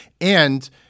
And-